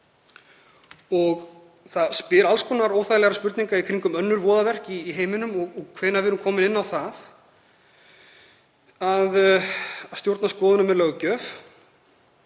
og það vekur alls konar óþægilegar spurningar í kringum önnur voðaverk í heiminum og hvenær við séum komin inn á það að stjórna skoðunum með löggjöf.